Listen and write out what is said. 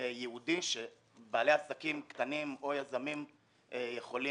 ייעודי שבעלי עסקים קטנים או יזמים יכולים